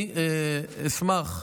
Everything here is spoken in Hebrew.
אני אשמח,